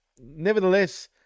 nevertheless